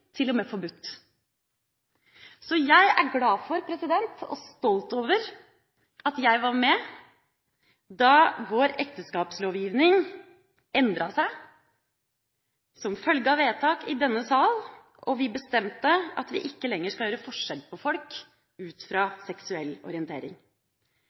jeg er glad for – og stolt over – at jeg var med da vår ekteskapslovgivning endret seg som følge av vedtak i denne salen, og vi bestemte at vi ikke lenger skal gjøre forskjell på folk ut